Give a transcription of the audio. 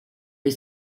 des